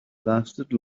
lasted